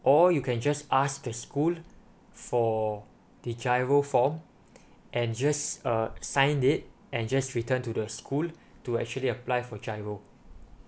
or you can just ask the school for the giro form and just err sign it and just return to the school to actually apply for giro